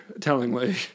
tellingly